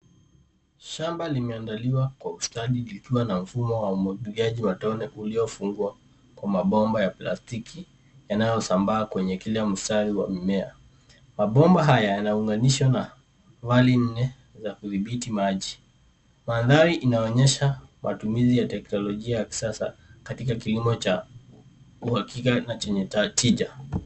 Shamba limeandaliwa kwa ustadi likiwa na mfumo wa umwagiliaji wa tone uliofungwa kwa mabomba ya plastiki yanayosambaa kwenye kila mstari wa mimea. Mabomba haya yanaunganishwa na vali nne za kudhibiti maji. Mandhari inaonyesha matumizi ya teknolojia ya kisasa katika kilimo cha uhakika na chenye tatija.